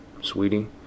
Sweetie